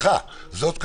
סליחה, זאת כוונתי.